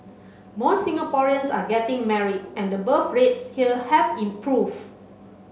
more Singaporeans are getting married and birth rates here have improved